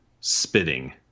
spitting